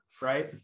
right